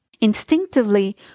Instinctively